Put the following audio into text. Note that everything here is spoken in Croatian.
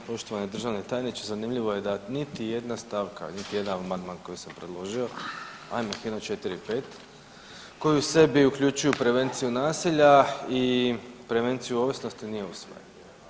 Poštovani državni tajniče, zanimljivo je da niti jedna stavka, niti jedan amandman koji sam predložio, a ima ih inače 4-5 koji u sebi uključuju prevenciju nasilja i prevenciju ovisnosti nije usvojen.